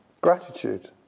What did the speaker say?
gratitude